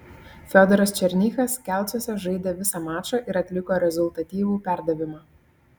fiodoras černychas kelcuose žaidė visą mačą ir atliko rezultatyvų perdavimą